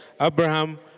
Abraham